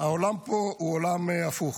העולם פה הוא עולם הפוך.